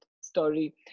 story